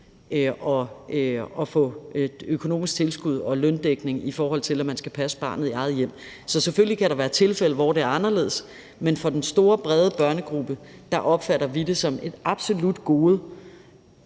at få økonomisk tilskud og løndækning i forhold til, at man skal passe barnet i eget hjem. Så selvfølgelig kan der være tilfælde, hvor det er anderledes, men for den store brede børnegruppe opfatter vi det som et absolut gode,